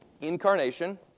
incarnation